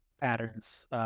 patterns